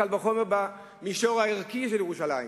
קל וחומר במישור הערכי של ירושלים.